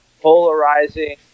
polarizing